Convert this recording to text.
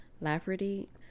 lafferty